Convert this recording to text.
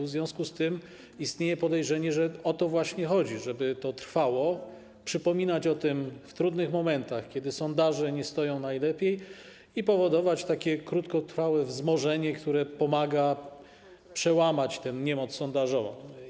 W związku z tym istnieje podejrzenie, że o to właśnie chodzi, żeby to trwało, żeby przypominać o tym w trudnych momentach, kiedy sondaże nie stoją najlepiej, i powodować krótkotrwałe wzmożenie, które pomaga przełamać tę niemoc sondażową.